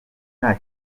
nta